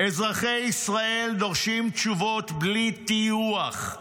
"אזרחי ישראל דורשים תשובות בלי טיוח,